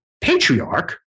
patriarch